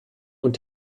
und